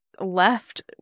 left